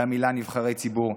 למילים "נבחרי ציבור".